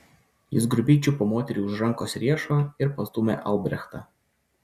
jis grubiai čiupo moterį už rankos riešo ir pastūmė albrechtą